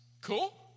Cool